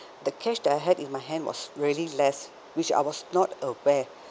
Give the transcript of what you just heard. the cash that I had in my hand was really less which I was not aware